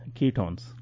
ketones